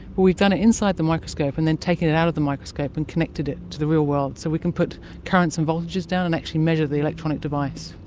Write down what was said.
but we've done it inside the microscope and then taken it out of the microscope and connected it to the real world. so we can put currents and voltages down and actually measure the electronic device.